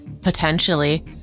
potentially